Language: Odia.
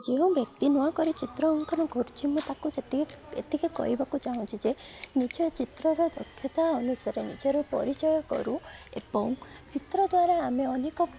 ଯେଉଁ ବ୍ୟକ୍ତି ନୂଆ କରି ଚିତ୍ର ଅଙ୍କନ କରୁଛିି ମୁଁ ତାକୁ ଏତିକି କହିବାକୁ ଚାହୁଁଛି ଯେ ନିଜ ଚିତ୍ରର ଦକ୍ଷତା ଅନୁସାରେ ନିଜର ପରିଚୟ କରୁ ଏବଂ ଚିତ୍ର ଦ୍ୱାରା ଆମେ ଅନେକ